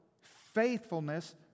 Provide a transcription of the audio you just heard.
faithfulness